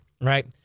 right